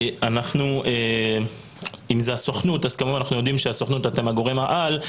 אנחנו יודעים שהסוכנות הם גורם העל,